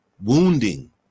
wounding